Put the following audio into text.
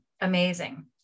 Amazing